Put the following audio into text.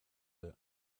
their